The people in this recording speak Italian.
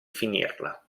finirla